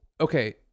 okay